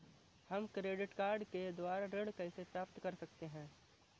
हम credit card के द्वारा ऋण कैसे प्राप्त कर सकते हैं?